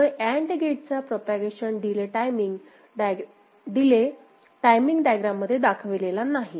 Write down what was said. त्यामुळे अँड गेटचा propagation delay timing diagram मध्ये दाखविलेला नाही